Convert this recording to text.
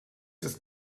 ist